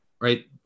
right